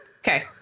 Okay